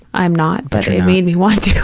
i'm not, but it made me want to.